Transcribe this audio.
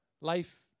Life